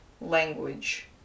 language